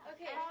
Okay